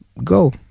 go